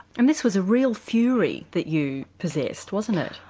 and this was real fury that you possessed wasn't it?